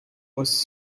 was